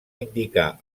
indicar